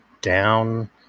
down